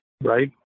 right